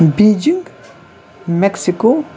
Beijing Mexico